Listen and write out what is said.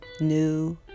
new